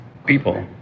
People